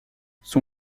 son